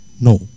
No